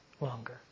longer